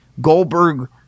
Goldberg